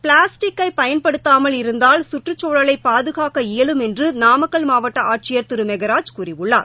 பிளாஸ்டிக்கை பயன்படுத்தாமல் இருந்தால் சுற்றுச்சூழலை பாதுகாக்க இயலும் என்று நாமக்கல் மாவட்ட ஆட்சியர் திரு மெகராஜ் கூறியுள்ளார்